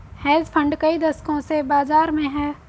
hedge fund कई दशकों से बाज़ार में हैं